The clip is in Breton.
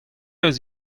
eus